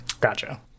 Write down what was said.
Gotcha